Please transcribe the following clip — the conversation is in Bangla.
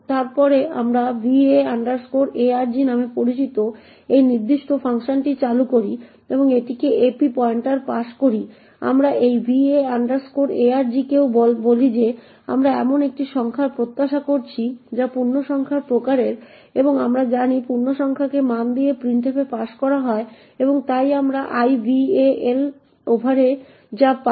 তারপরে আমরা va arg নামে পরিচিত এই নির্দিষ্ট ফাংশনটি চালু করি এবং এটিকে ap পয়েন্টার পাস করি আমরা এই va argকেও বলি যে আমরা এমন একটি সংখ্যার প্রত্যাশা করছি যা পূর্ণসংখ্যার প্রকারের এবং আমরা জানি পূর্ণসংখ্যাকে মান দিয়ে প্রিন্টএফে পাস করা হয় এবং তাই আমরা ival ওভারে যা পাই